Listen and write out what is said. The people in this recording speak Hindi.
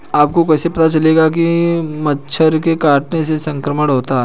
आपको कैसे पता चलेगा कि मच्छर के काटने से संक्रमण होता है?